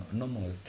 normal